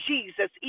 Jesus